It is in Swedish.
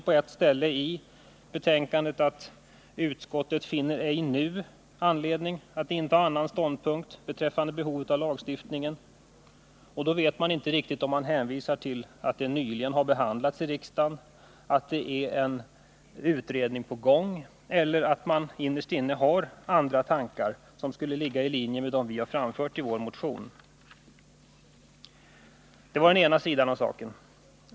På ett ställe i betänkandet står det att utskottet finner ej anledning att nu inta annan ståndpunkt beträffande behovet av lagstiftningen. Jag vet inte riktigt om man hänvisar till att frågan nyligen har behandlats i riksdagen, om en utredning är på gång eller om man innerst inne har andra tankar, som ligger i linje med vad vi har framfört i vår motion. Det var den ena sidan av saken.